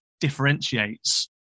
differentiates